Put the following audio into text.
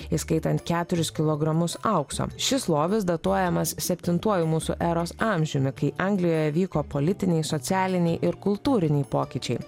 įskaitant keturis kilogramus aukso šis lobis datuojamas septintuoju mūsų eros amžiumi kai anglijoje vyko politiniai socialiniai ir kultūriniai pokyčiai